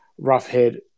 Roughhead